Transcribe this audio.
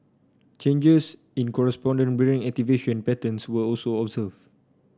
changes in corresponding brain activation patterns were also observed